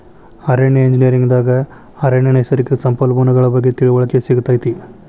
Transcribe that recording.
ಅರಣ್ಯ ಎಂಜಿನಿಯರ್ ದಾಗ ಅರಣ್ಯ ನೈಸರ್ಗಿಕ ಸಂಪನ್ಮೂಲಗಳ ಬಗ್ಗೆ ತಿಳಿವಳಿಕೆ ಸಿಗತೈತಿ